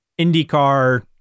IndyCar